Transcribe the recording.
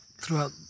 throughout